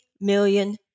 million